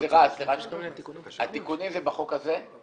סליחה, התיקונים זה בחוק הזה?